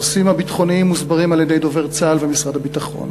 הנושאים הביטחוניים מוסברים על-ידי דובר צה"ל ומשרד הביטחון,